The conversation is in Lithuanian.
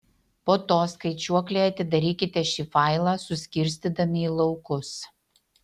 po to skaičiuoklėje atidarykite šį failą suskirstydami į laukus